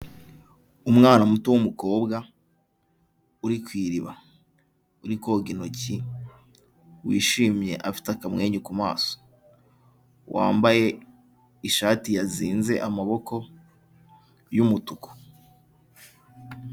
Umwana muto w'umukobwa uri ku iriba, uri koga intoki , wishimye afite akamwenyu ku maso wambaye ishati yazinze amaboko y'umutuku.